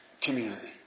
Community